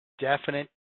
Definite